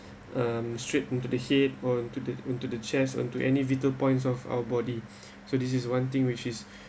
um straight into the head onto the onto the chest onto any vital points of our body so this is one thing which is